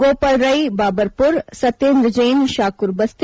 Gopal Rai Babarpur Satyendra Jain Shakurbasti